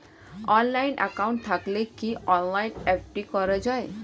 Online account থাকলে কি অনলাইনে এফ.ডি করা যায়?